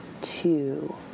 Two